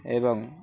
ଏବଂ